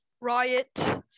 riot